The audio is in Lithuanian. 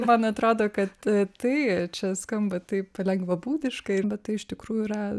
man atrodo kad tai čia skamba taip lengvabūdiškai bet tai iš tikrųjų yra